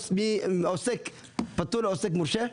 מעוסק פטור לעוסק מורשה?